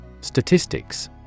Statistics